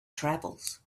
travels